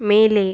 மேலே